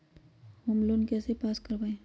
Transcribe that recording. Home loan कैसे pass कर बाबई?